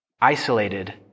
isolated